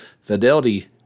fidelity